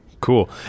Cool